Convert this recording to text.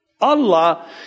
Allah